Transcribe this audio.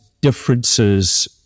differences